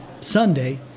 Sunday